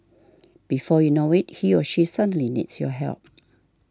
before you know it he or she suddenly needs your help